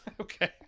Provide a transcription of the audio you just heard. Okay